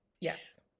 Yes